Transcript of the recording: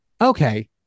Okay